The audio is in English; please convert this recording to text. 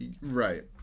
right